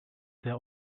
der